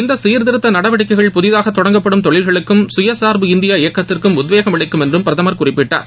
இந்த சீர்திருத்த நடவடிக்கைகள் புதிதாக தொடங்கப்படும் தொழில்களுக்கும் சுயசார்பு இந்தியா இயக்கத்திற்கும் உத்வேகம் அளிக்கும் என்றும் பிரதமர் குறிப்பிட்டார்